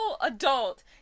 adult